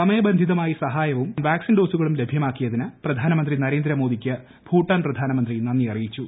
സമയബുസ്ടിതമായി സഹായവും വാക്സിൻ ഡോസുകളും ലഭ്യമാക്കിയ്തിന് പ്രധാനമന്ത്രി നരേന്ദ്രമോദിക്ക് ഭൂട്ടാൻ പ്രധാനമന്ത്രി നന്ദി അറിയിച്ചു